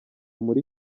muri